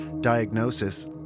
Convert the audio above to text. diagnosis